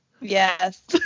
Yes